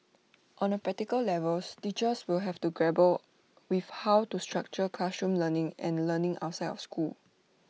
on A practical levels teachers will have to grapple with how to structure classroom learning and learning outside of school